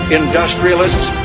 industrialists